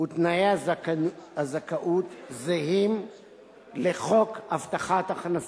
ותנאי הזכאות זהים לחוק הבטחת הכנסה.